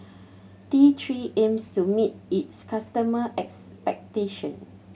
T Three aims to meet its customer expectations